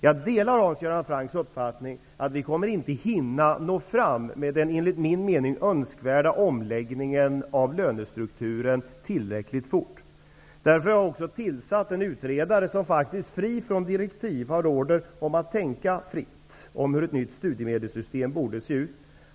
Jag delar Hans Göran Francks uppfattning att vi inte kommer att hinna nå fram med den enligt min mening önskvärda omläggningen av lönestrukturen tillräckligt fort. Därför har jag också tillsatt en utredare som faktiskt, fri från direktiv, har order om att tänka fritt på hur ett nytt studiemedelssystem borde se ut.